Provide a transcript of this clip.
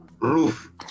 roof